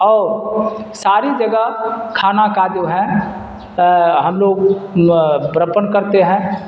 اور ساری جگہ کھانا کا جو ہے ہم لوگ برپن کرتے ہیں